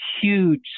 huge